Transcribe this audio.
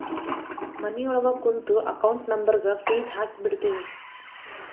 ಮನಿಯೊಳಗ ಕೂತು ಅಕೌಂಟ್ ನಂಬರ್ಗ್ ಫೇಸ್ ಹಾಕಿಬಿಡ್ತಿವಿ